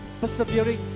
persevering